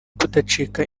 kudacika